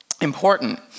important